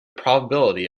probability